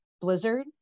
blizzard